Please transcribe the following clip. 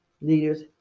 leaders